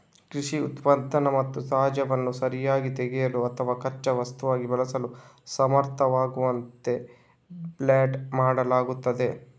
ಕೃಷಿ ಉತ್ಪನ್ನ ಮತ್ತು ತ್ಯಾಜ್ಯವನ್ನು ಸರಿಯಾಗಿ ತೆಗೆಯಲು ಅಥವಾ ಕಚ್ಚಾ ವಸ್ತುವಾಗಿ ಬಳಸಲು ಸಮರ್ಥವಾಗುವಂತೆ ಬ್ಯಾಲ್ಡ್ ಮಾಡಲಾಗುತ್ತದೆ